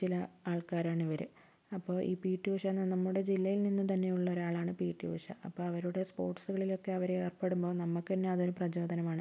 ചില ആൾക്കാരാണ് ഇവര് അപ്പോൾ ഈ പി റ്റി ഉഷ എന്ന നമ്മുടെ ജില്ലയിൽ നിന്നു തന്നെയുള്ള ഒരാളാണ് പി റ്റി ഉഷ അപ്പം അവരുടെ സ്പോട്സുളിലൊക്കെ അവര് ഏർപ്പെടുമ്പോൾ നമുക്ക് തന്നെ അതൊരു പ്രചോദനമാണ്